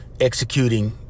executing